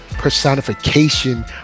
personification